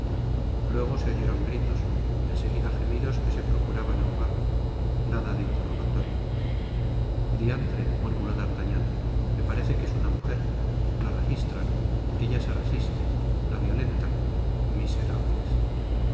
luego se oyeron gritos en seguida gemidos que se procuraba ahogar nada de interrogatorio diantre murmuró d'artagnan me parece que es una mujer la registran ella se resiste la violentan miserables